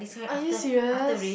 are you serious